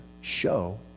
show